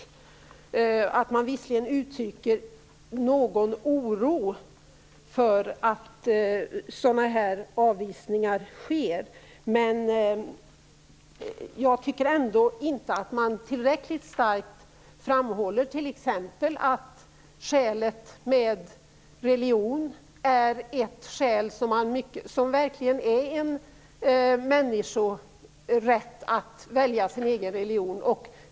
Utskottsmajoriteten uttrycker visserligen någon oro för att sådana här avvisningar sker, men jag tycker ändå inte att den tillräckligt starkt framhåller t.ex. att det verkligen är en mänsklig rättighet att välja sin egen religion.